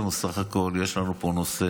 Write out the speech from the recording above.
בסך הכול יש לנו פה נושא